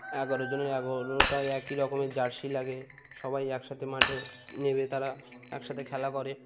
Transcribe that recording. এগারো জনের এগারোটা একই রকমের জার্সি লাগে সবাই একসাথে মাঠে নেমে তারা একসাথে খেলা করে